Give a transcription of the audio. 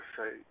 say